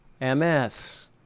ms